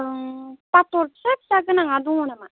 ओं पाथर फिसा फिसा गोनाङा दङ नामा